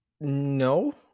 No